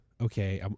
okay